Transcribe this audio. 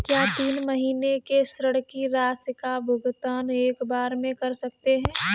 क्या तीन महीने के ऋण की राशि का भुगतान एक बार में कर सकते हैं?